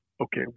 okay